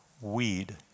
weed